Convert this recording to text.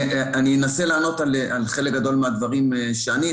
אני אנסה לענות על חלק גדול מהדברים ששאלת.